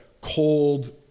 cold